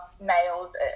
males